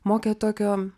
mokė tokio